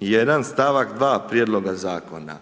1. stavak 2. prijedloga zakona.